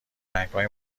رنگهای